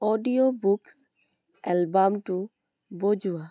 audiobooks এলবামটো বজোৱা